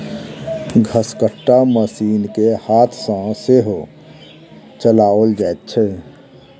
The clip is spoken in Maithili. घसकट्टा मशीन के हाथ सॅ सेहो चलाओल जाइत छै